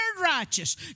righteous